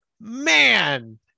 man